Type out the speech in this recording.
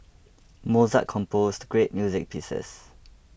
Mozart composed great music pieces